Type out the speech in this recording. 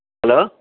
hello